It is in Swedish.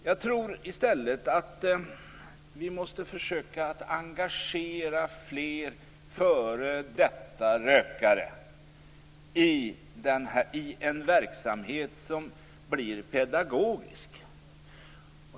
Jag tror i stället att vi måste försöka engagera fler före detta rökare i en verksamhet som blir pedagogisk.